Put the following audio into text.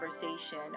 conversation